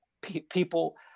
People